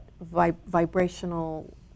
vibrational